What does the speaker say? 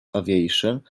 aviation